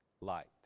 light